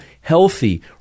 healthy